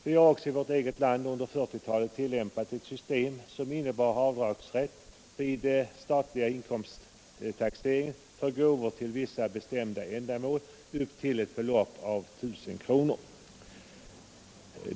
Vi har också i vårt eget land under 1940-talet tillämpat ett system, som innebar avdragsrätt vid den statliga inkomsttaxeringen för gåvor till vissa bestämda ändamål upp till ett belopp av 1 000 kronor.